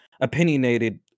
opinionated